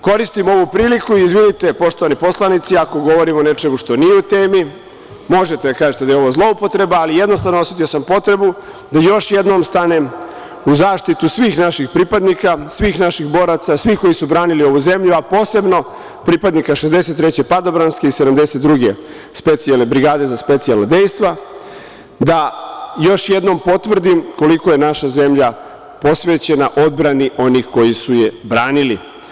Koristim ovu priliku, izvinite poštovani poslanici, ako govorim o nečemu što nije u temi, možete da kažete da je ovo zloupotreba, ali jednostavno osetio sam potrebu da još jednom stanem u zaštitu svih naših pripadnika, svih naših boraca, svih koji su branili ovu zemlju, a posebno pripadnika 63. padobranske i 72. specijalne brigade za specijalna dejstva, da još jednom potvrdim koliko je naša zemlja posvećena odbrani onih koji su je branili.